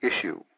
issue